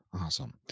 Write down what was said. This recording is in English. Awesome